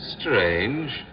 Strange